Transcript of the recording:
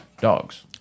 dogs